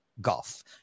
golf